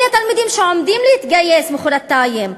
אלה תלמידים שעומדים להתגייס מחרתיים.